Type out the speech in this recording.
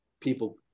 People